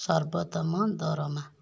ସର୍ବୋତ୍ତମ ଦରମା